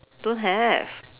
don't have